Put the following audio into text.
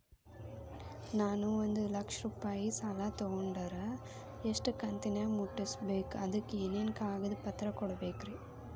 ನಾನು ಒಂದು ಲಕ್ಷ ರೂಪಾಯಿ ಸಾಲಾ ತೊಗಂಡರ ಎಷ್ಟ ಕಂತಿನ್ಯಾಗ ಮುಟ್ಟಸ್ಬೇಕ್, ಅದಕ್ ಏನೇನ್ ಕಾಗದ ಪತ್ರ ಕೊಡಬೇಕ್ರಿ?